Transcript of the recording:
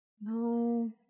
No